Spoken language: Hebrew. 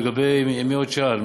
מי עוד שאל?